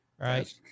right